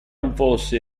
anfossi